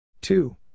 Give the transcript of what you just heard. Two